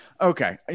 Okay